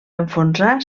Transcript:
enfonsar